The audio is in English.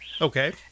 Okay